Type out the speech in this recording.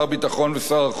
ישנה התשיעייה,